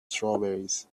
strawberries